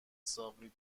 ساقی